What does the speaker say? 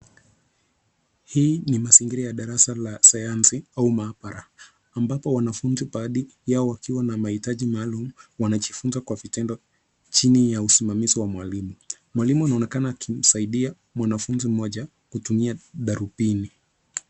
Hii ni mazingira ya darasa la sayansi au maabara, ambapo wanafunzi baadhi yao wakiwa na mahitaji maalum, wanajifunza kwa vitendo chini ya usimamizi wa mwalimu. Mwalimu anaonekana akimsaidia mwanafunzi mmoja kutumia darubini.